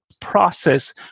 process